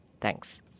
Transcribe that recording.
Thanks